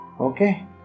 Okay